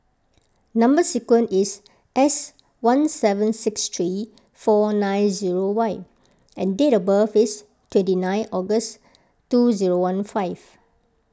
Number Sequence is S one seven six three four nine zero Y and date of birth is twenty nine August two zero one five